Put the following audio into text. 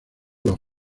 los